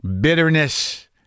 bitterness